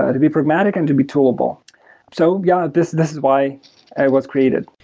ah to be pragmatic and to be toolable so yeah, this this is why it was created.